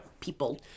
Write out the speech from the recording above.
people